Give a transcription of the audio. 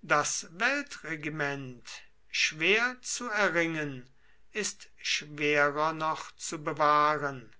das weltregiment schwer zu erringen ist schwerer noch zu bewahren